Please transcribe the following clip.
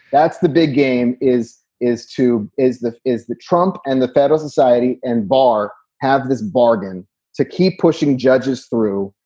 that's the big game is is to is this is the trump and the federal society and bar have this bargain to keep pushing judges through.